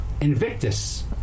Invictus